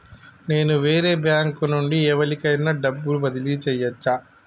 నేను వేరే బ్యాంకు నుండి ఎవలికైనా డబ్బు బదిలీ చేయచ్చా?